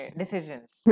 decisions